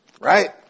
right